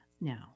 now